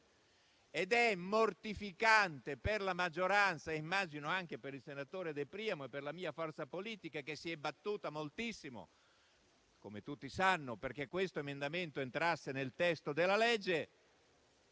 È mortificante per la maggioranza - immagino anche per il senatore De Priamo e per la mia forza politica, che si è battuta moltissimo, come tutti sanno, affinché questo emendamento entrasse nel testo della legge